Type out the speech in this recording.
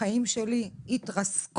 החיים שלי התרסקו.